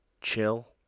chill